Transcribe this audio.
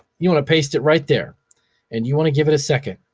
you wanna paste it right there and you wanna give it a second.